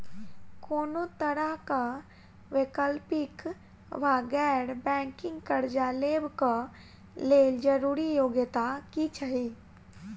कोनो तरह कऽ वैकल्पिक वा गैर बैंकिंग कर्जा लेबऽ कऽ लेल जरूरी योग्यता की छई?